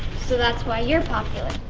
so that's why you're popular.